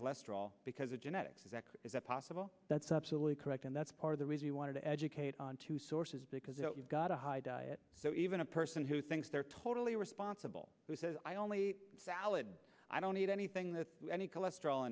cholesterol because of genetics is that is that possible that's absolutely correct and that's part of the reason you want to educate on two sources because you've got a high diet so even a person who thinks they're totally responsible said i only salad i don't eat anything that any cholesterol